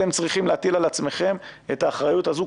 אתם צריכים להטיל על עצמכם את האחריות הזו.